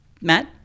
Matt